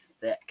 thick